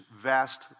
vast